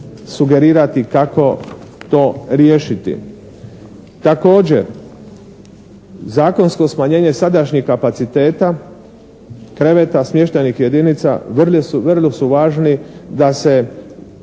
sugerirati kako to riješiti. Također zakonsko smanjenje sadašnjeg kapaciteta kreveta, smještajnih jedinica vrlo su važni da se